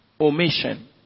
omission